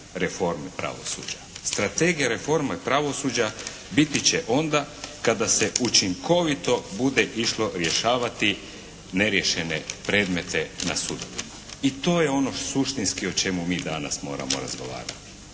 reforme pravosuđa. Strategija reforme pravosuđa biti će onda kada se učinkovito bude išlo rješavati neriješene predmete na sudove i to je ono suštinski o čemu mi danas moramo razgovarati,